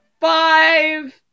five